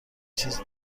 چیز